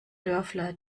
dörfler